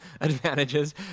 advantages